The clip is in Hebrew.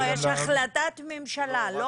יש החלטת ממשלה; לא